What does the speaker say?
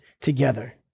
together